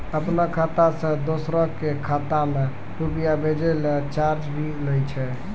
आपनों खाता सें दोसरो के खाता मे रुपैया भेजै लेल चार्ज भी लागै छै?